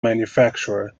manufacturer